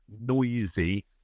noisy